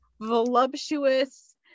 voluptuous